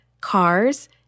cars